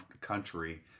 country